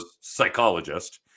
psychologist